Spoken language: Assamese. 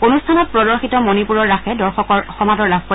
অনুষ্ঠানত প্ৰদৰ্শিত মণিপুৰৰ ৰাসে দৰ্শকৰ সমাদৰ লাভ কৰে